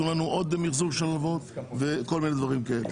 תנו לנו עוד מחזור של הלוואות וכל מיני דברים כאלה.